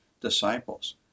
disciples